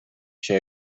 się